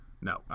No